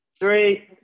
Three